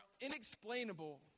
inexplainable